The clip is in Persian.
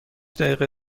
دقیقه